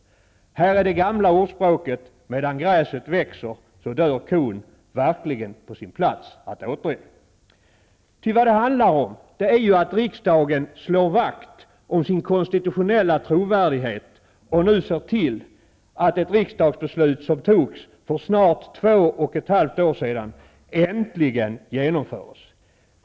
Här är det gamla ordspråket ''medan gräset växer dör kon'' verkligen på sin plats att återge. Ty vad det handlar om är att riksdagen slår vakt om sin konstitutionella trovärdighet och ser till att ett riksdagsbeslut som fattades för snart två och ett halvt år sedan äntligen genomförs.